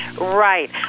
Right